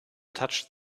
touched